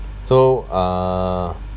so uh